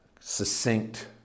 succinct